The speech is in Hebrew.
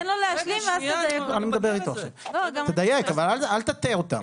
אבל אל תטעה אותם.